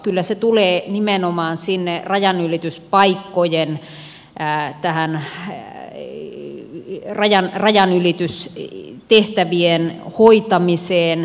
kyllä se tulee nimenomaan sinne rajanylityspaikkojen rajanylitystehtävien hoitamiseen